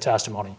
testimony